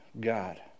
God